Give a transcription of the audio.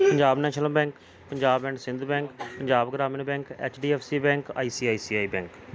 Punjab national bank Punjab and Sindh bank Punjab Gramin bank H D F C bank I C I C I bank